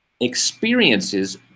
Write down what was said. Experiences